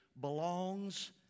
belongs